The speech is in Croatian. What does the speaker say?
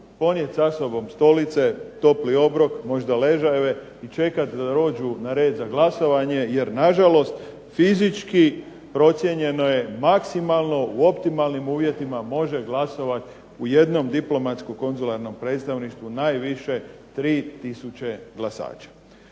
ponijeti sa sobom stolice, topli obrok, možda ležajeve i čekati da dođu na red za glasovanje jer nažalost fizički procijenjeno je maksimalno u optimalnim uvjetima može glasovati u jednom diplomatsko-konzularnom predstavništvu najviše 3 tisuće glasača.